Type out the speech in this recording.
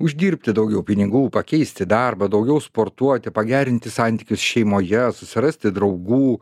uždirbti daugiau pinigų pakeisti darbą daugiau sportuoti pagerinti santykius šeimoje susirasti draugų